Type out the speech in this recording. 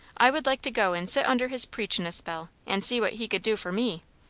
i would like to go and sit under his preachin' a spell, and see what he could do for me.